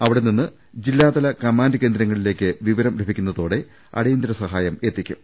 ഇവിടെ നിന്ന് ജില്ലാതല കമാന്റ് കേന്ദ്രങ്ങളിലേക്ക് വിവരം ലഭിക്കുന്നതോടെ അടിയന്തര സഹായമെത്തിക്കും